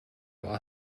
are